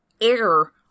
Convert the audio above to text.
air